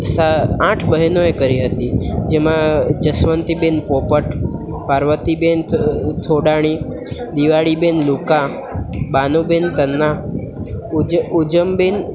સા આઠ બહેનોએ કરી હતી જેમાં જસવંતી બેન પોપટ પાર્વતી બેન થોડાણી દિવાળી બેન લુકા બાનો બેન કના ઊજ ઊજમ બેન